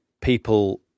people